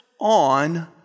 on